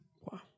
Wow